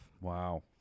Wow